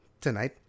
tonight